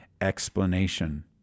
explanation